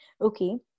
Okay